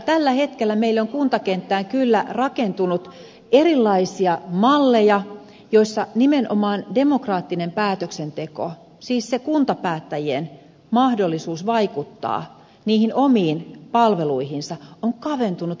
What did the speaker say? tällä hetkellä meille on kuntakenttään kyllä rakentunut erilaisia malleja joissa nimenomaan demokraattinen päätöksenteko siis se kuntapäättäjien mahdollisuus vaikuttaa niihin omiin palveluihinsa on kaventunut huomattavasti